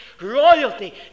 royalty